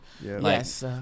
yes